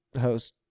host